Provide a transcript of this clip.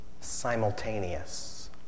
simultaneous